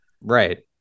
Right